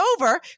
over